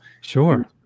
sure